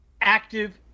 active